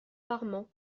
farman